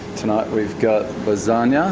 tonight we've got lasagne, ah